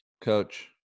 Coach